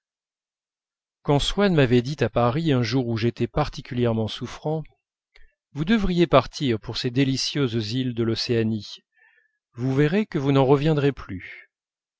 quand swann m'avait dit à paris un jour que j'étais particulièrement souffrant vous devriez partir pour ces délicieuses îles de l'océanie vous verrez que vous n'en reviendrez plus